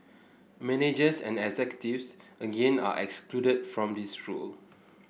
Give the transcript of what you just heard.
managers and executives again are excluded from this rule